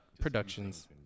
Productions